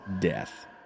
death